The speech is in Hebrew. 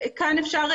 התרשמות.